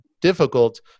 difficult